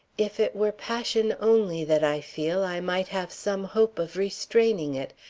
if it were passion only that i feel, i might have some hope of restraining it.